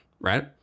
Right